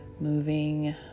moving